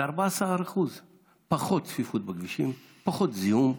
זה 14% פחות צפיפות בכבישים, פחות זיהום.